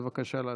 בבקשה להצביע.